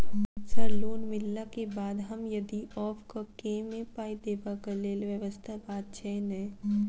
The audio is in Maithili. सर लोन मिलला केँ बाद हम यदि ऑफक केँ मे पाई देबाक लैल व्यवस्था बात छैय नै?